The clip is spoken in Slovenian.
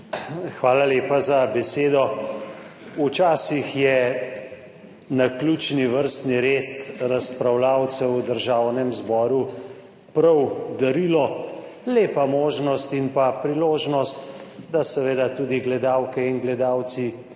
Hvala lepa za besedo. Včasih je naključni vrstni red razpravljavcev v Državnem zboru prav darilo, lepa možnost in pa priložnost, da seveda tudi gledalke in gledalci